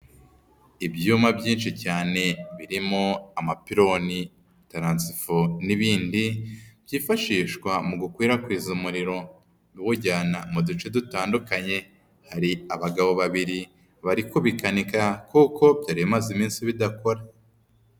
Ibyuma byinshi cyane, birimo: amapironi, taransifo n'ibindi byifashishwa mu gukwirakwiza umuriro biwujyana mu duce dutandukanye, hari abagabo babiri bari kubikanika kuko byari bimaze iminsi bidakora.